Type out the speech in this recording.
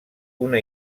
una